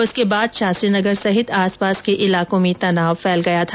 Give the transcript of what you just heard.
इसके बाद शास्त्री नगर सहित आस पास के इलाकों में तनाव फैल गया था